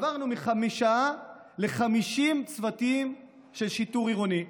עברנו מחמישה ל-50 צוותים של שיטור עירוני.